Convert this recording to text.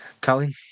Colin